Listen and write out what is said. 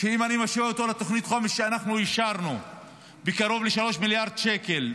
שאם אני משווה אותו לתוכנית חומש שאנחנו אישרנו בקרוב ל-3 מיליארד שקל,